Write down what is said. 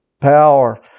power